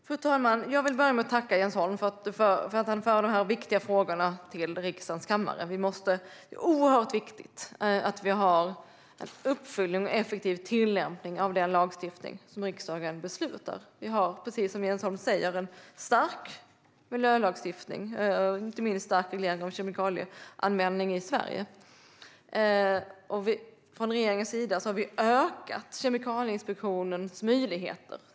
Fru talman! Jag vill börja med att tacka Jens Holm för att han för dessa viktiga frågor till riksdagens kammare. Det är oerhört viktigt att vi har en uppföljning och en effektiv tillämpning av den lagstiftning som riksdagen beslutat om. Vi har, precis som Jens Holm säger, en stark miljölagstiftning och inte minst en stark reglering av kemikalieanvändningen i Sverige. Från regeringens sida har vi ökat Kemikalieinspektionens möjligheter.